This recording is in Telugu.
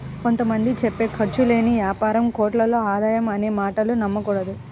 కొంత మంది చెప్పే ఖర్చు లేని యాపారం కోట్లలో ఆదాయం అనే మాటలు నమ్మకూడదు